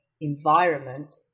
environment